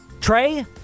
Trey